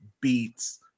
beats